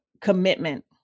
commitment